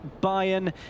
Bayern